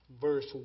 verse